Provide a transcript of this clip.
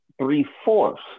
three-fourths